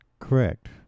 Correct